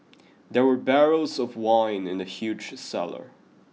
there were barrels of wine in the huge cellar